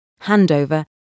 handover